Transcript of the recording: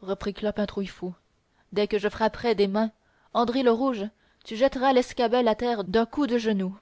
reprit clopin trouillefou dès que je frapperai des mains andry le rouge tu jetteras l'escabelle à terre d'un coup de genou